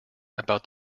about